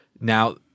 Now